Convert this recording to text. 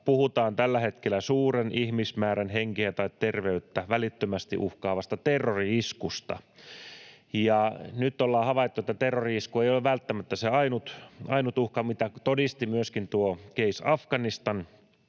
puhutaan tällä hetkellä suuren ihmismäärän henkeä tai terveyttä välittömästi uhkaavasta terrori-iskusta. Nyt ollaan havaittu, että terrori-isku ei ole välttämättä se ainut uhka, mitä todisti myöskin tuo case Afganistan,